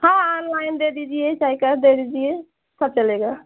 हाँ आनलाइन दे दीजिए चाहे कैस दे दीजिए सब चलेगा